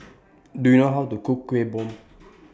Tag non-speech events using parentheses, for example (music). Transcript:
(noise) Do YOU know How to Cook Kuih Bom (noise)